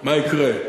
מה יקרה.